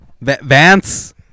Vance